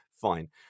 Fine